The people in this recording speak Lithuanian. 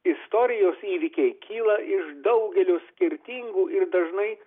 istorijos įvykiai kyla iš daugelio skirtingų ir dažnai